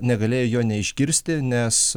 negalėjo jo neišgirsti nes